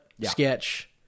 sketch